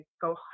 go